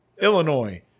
illinois